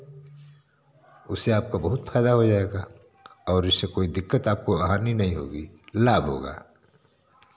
उससे आपका बहुत फ़ायदा हो जाएगा और इससे कोई दिक्कत आपको हानि नहीं होगी लाभ होगा